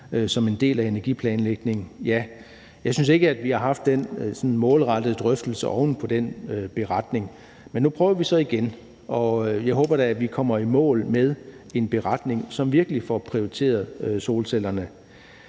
som en del af energiplanlægningen. Men jeg synes ikke, at vi har haft den målrettede drøftelse oven på den beretning, men nu prøver vi så igen. Og jeg håber da, at vi kommer i mål med en beretning, som virkelig får prioriteret udbygningen